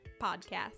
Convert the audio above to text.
podcast